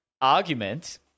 argument